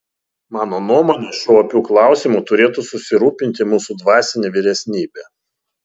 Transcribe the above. mano nuomone šiuo opiu klausimu turėtų susirūpinti mūsų dvasinė vyresnybė